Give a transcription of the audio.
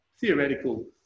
theoretical